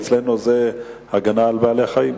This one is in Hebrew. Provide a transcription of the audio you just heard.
אצלנו זה הגנה על בעלי-חיים.